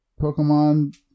Pokemon